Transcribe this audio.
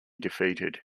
defeated